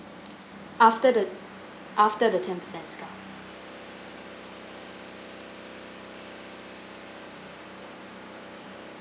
after the after the ten per cent dicount